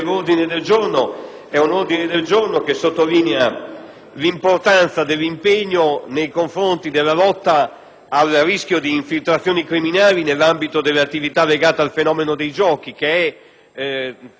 l'importanza dell'impegno nei confronti della lotta al rischio di infiltrazioni criminali nell'ambito delle attività legate al fenomeno dei giochi. È un tema su cui dobbiamo tutti essere